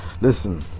Listen